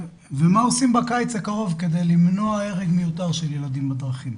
מה עושים בקיץ הקרוב כדי למנוע הרג מיותר של ילדים בדרכים?